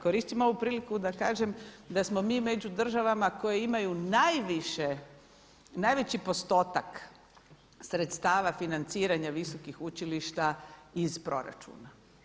Koristim ovu priliku da kažem da smo mi među državama koje imaju najveći postotak sredstava financiranja visokih učilišta iz proračuna.